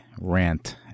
rant